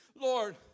Lord